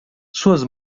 suas